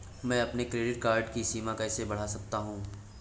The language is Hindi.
मैं अपने क्रेडिट कार्ड की सीमा कैसे बढ़ा सकता हूँ?